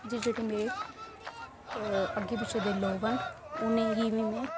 ते जेह्ड़े मेरे अग्गें पिच्छें दे लोक न उ'नेंगी बी में